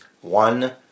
one